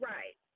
Right